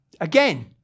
again